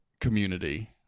community